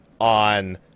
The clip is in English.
on